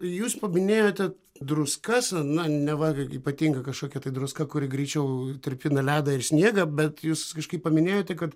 jūs paminėjote druskas na neva ypatinga kažkokia tai druska kuri greičiau tirpina ledą ir sniegą bet jūs kažkaip paminėjote kad